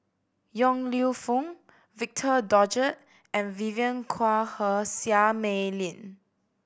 Yong Lew Foong Victor Doggett and Vivien Quahe Seah Mei Lin